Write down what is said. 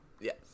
Yes